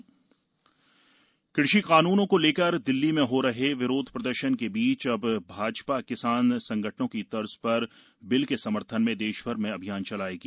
कानन जागरुकता कृषि कानून को लेकर दिल्ली में हो रहे विरोध प्रदर्शन के बीच अब भाजपा भी किसान संगठनों की तर्ज पर बिल के समर्थन में देश भर में अभियान चलाएगी